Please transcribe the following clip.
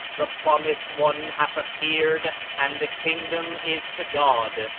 the promised one hath appeared and the kingdom is to god,